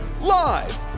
Live